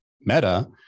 Meta